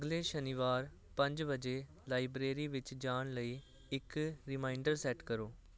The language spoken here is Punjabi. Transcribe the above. ਅਗਲੇ ਸ਼ਨੀਵਾਰ ਪੰਜ ਵਜੇ ਲਾਇਬ੍ਰੇਰੀ ਵਿੱਚ ਜਾਣ ਲਈ ਇੱਕ ਰੀਮਾਈਂਡਰ ਸੈੱਟ ਕਰੋ